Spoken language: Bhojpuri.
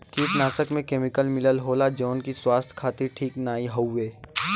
कीटनाशक में केमिकल मिलल होला जौन की स्वास्थ्य खातिर ठीक नाहीं हउवे